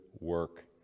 work